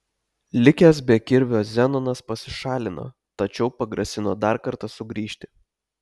likęs be kirvio zenonas pasišalino tačiau pagrasino dar kartą sugrįžti